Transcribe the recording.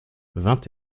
vingt